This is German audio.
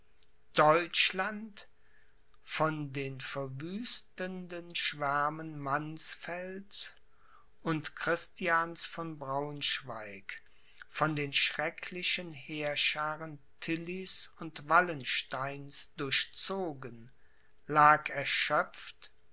deutschland von den verwüstenden schwärmen mannsfelds und christians von braunschweig von den schrecklichen heerschaaren tillys und wallensteins durchzogen lag erschöpft